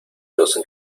los